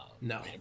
No